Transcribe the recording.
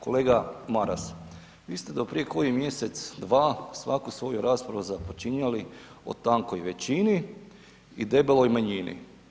Kolega Maras, vi ste do prije koji mjesec, dva, svaku svoju raspravu započinjali tankoj većini i debeloj manjini.